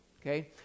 okay